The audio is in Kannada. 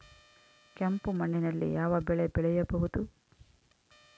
ಕೆಂಪು ಮಣ್ಣಿನಲ್ಲಿ ಯಾವ ಬೆಳೆ ಬೆಳೆಯಬಹುದು?